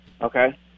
Okay